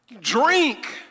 drink